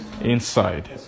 inside